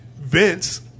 Vince